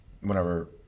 whenever